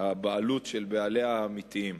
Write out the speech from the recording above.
הבעלות של בעליה האמיתיים.